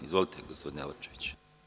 Izvolite, gospodine Lapčeviću.